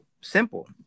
simple